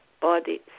Body